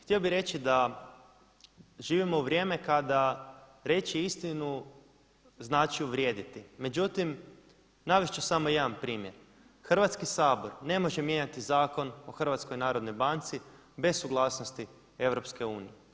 Htio bi reći da živimo u vrijeme kada reći istinu znači uvrijediti, međutim navest ću samo jedan primjer, Hrvatski sabor ne može mijenjati Zakon o HNB-u bez suglasnosti EU.